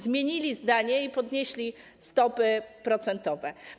Zmienili zdanie i podnieśli stopy procentowe.